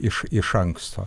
iš iš anksto